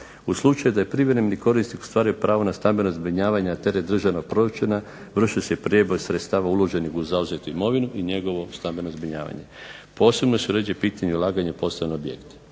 U slučaju da je privremeni korisnik ostvaruje pravo na stambeno zbrinjavanje na teret državnog proračuna, vrši se …/Govornik se ne razumije./… sredstava uloženih u zauzetu imovinu i njegovo stambeno zbrinjavanje. Posebno se uređuje pitanje ulaganja u poslovne objekte.